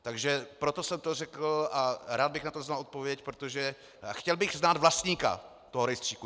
Takže proto jsem to řekl a rád bych na to znal odpověď, protože chtěl bych znát vlastníka toho rejstříku.